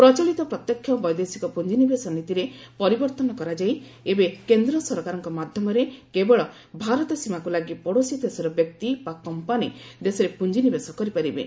ପ୍ରଚଳିତ ପ୍ରତ୍ୟକ୍ଷ ବୈଦେଶିକ ପୁଞ୍ଜି ନିବେଶ ନୀତିରେ ପରିବର୍ତ୍ତନ କରାଯାଇ ଏବେ କେନ୍ଦ୍ର ସରକାରଙ୍କ ମାଧ୍ୟମରେ କେବଳ ଭାରତ ସୀମାକୁ ଲାଗି ପଡ଼ୋଶୀ ଦେଶର ବ୍ୟକ୍ତି ବା କମ୍ପାନି ଦେଶରେ ପୁଞ୍ଜି ନିବେଶ କରିପାରିବେ